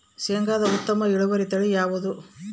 ಶೇಂಗಾದ ಉತ್ತಮ ಇಳುವರಿ ತಳಿ ಯಾವುದು?